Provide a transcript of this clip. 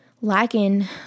lacking